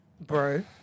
Bro